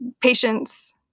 patients